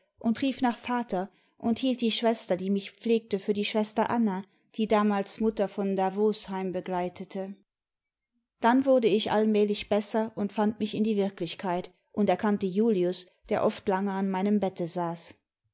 und rief nach vater und hielt die schwester die mich pflegte für die schwester anna die damals mutter van davos heimbegleitete dami wurde ich allmählich besser und fand mich in die wirklichkeit und erkannte julius der oft lange an meinem bette saß